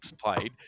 played